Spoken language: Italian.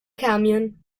camion